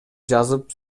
жазып